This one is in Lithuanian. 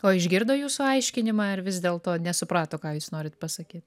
o išgirdo jūsų aiškinimą ar vis dėlto nesuprato ką jūs norit pasakyt